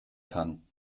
kann